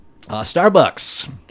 Starbucks